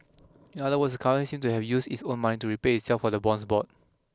in other words the seemed to have used its own money to repay itself for the bonds bought